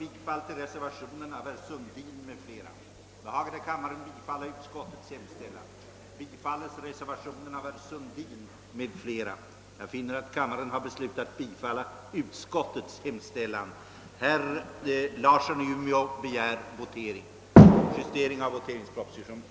Vidare föreslås att mervärdeskatt skall utgå på begagnade personbilar som säljs av biluthyrningsföretag och att rätt till avdrag för ingående mervärdeskatt inte skall föreligga för köp av sådana bilar. res till landet i anslutning till sådan utlämning eller försäljning,